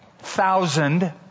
Thousand